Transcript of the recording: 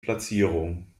platzierung